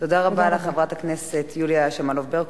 תודה רבה לך, חברת הכנסת יוליה שמאלוב-ברקוביץ.